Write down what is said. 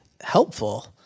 helpful